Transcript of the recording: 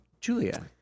Julia